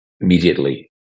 immediately